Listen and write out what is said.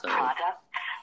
products